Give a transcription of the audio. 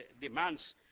demands